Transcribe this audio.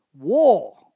War